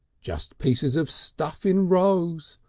just pieces of stuff in rows,